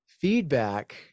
feedback